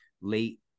late